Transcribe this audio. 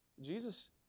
Jesus